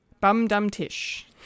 bum-dum-tish